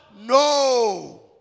No